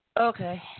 Okay